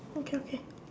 okay okay